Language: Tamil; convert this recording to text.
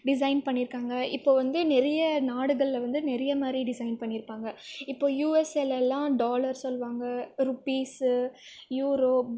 டிசைன் பண்ணியிருக்காங்க இப்போது வந்து நிறைய நாடுகளில் வந்து நிறைய மாதிரி டிசைன் பண்ணியிருப்பாங்க இப்போ யுஎஸ்ஏலெல்லாம் டாலர் சொல்லுவாங்க ருப்பீஸ்ஸு யூரோ